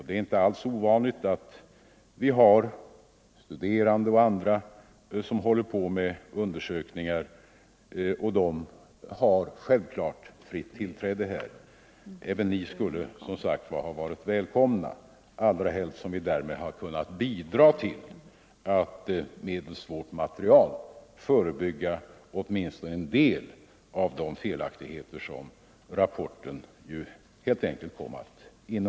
Det är inte alls ovanligt att vi har studerande och andra besökande, som håller på med undersökningar, och de har självfallet fritt tillträde. Även ni skulle, som sagt, ha varit välkomna, allra helst som vi därmed hade kunnat bidra till att medelst vårt material förebygga åtminstone en del av de felaktigheter som rapporten kom att innehålla.